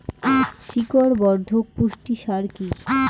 শিকড় বর্ধক পুষ্টি সার কি?